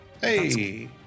hey